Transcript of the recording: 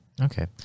Okay